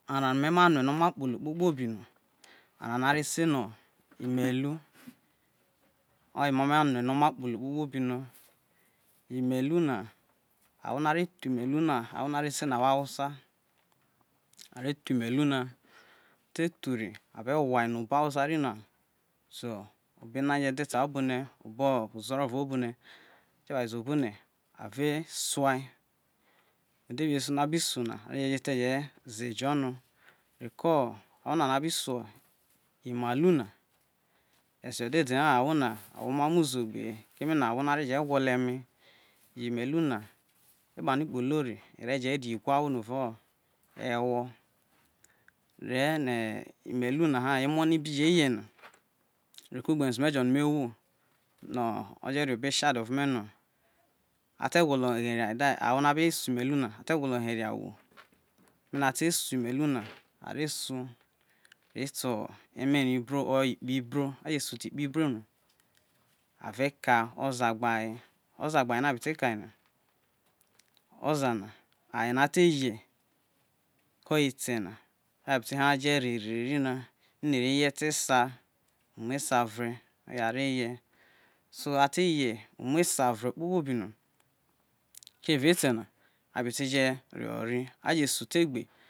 Arao no me ma rue no omai kpolo kpokpo no ho arao no a re se no ime tu, oye me ma rue no oma kpolo kpokpobi no, imelu na awho no a re se no are thu imelu na awho hausa, a re thu imelu na, a te thu ri ave gwai no obo hausa ri na zi. Niger delta obane, obo ozoro evao obone, a te gwaze obone are saui, udevie esu no abi su ai na ave je je ete je ze ejo no reko awho na no abi suo imelu na esejo ha awho na a wo emamo uzo gbehe keme na awho na yo awho no are je re igu ahwo no vo ewo re ne imelu na ha emo ni bi je yena reko ugbensu me jo no me wo no oje ria obo chad ovome no ate gwolo here ai de ahwo no abi su imelu na te gwolo heria uwo ate su imelu na a re su re to emera ibro or ikpe ibro, su te ikpe ibro no a re kia oza gbe aye, oyena abe te kana oza ayena teye kohe ete na aye be te hai jo reho ereri na ino ire ye te esa umuo vre oye are ye so a te ye umo esa vre kpokpobi no ko eva etena a re te jo reho erere ri.